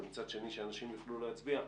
ומצד שני שאנשים יוכלו להצביע,